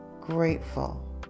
grateful